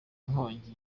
nkongi